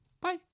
Bye